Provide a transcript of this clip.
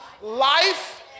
life